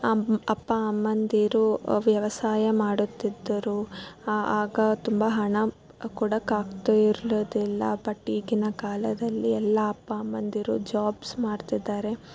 ಅಮ್ಮ ಅಪ್ಪ ಅಮ್ಮಂದಿರು ವ್ಯವಸಾಯ ಮಾಡುತ್ತಿದ್ದರು ಆಗ ತುಂಬ ಹಣ ಕೊಡೋಕಾಗ್ತ ಇರ್ಲಿಲ್ಲ ಬಟ್ ಈಗಿನ ಕಾಲದಲ್ಲಿ ಎಲ್ಲ ಅಪ್ಪ ಅಮ್ಮಂದಿರು ಜಾಬ್ಸ್ ಮಾಡ್ತಿದ್ದಾರೆ